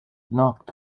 knocked